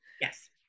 Yes